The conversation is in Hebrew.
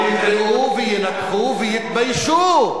יקראו וינתחו ויתביישו.